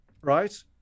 right